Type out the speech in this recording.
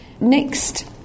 next